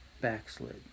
backslid